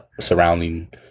surrounding